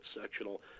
sectional